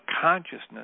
consciousness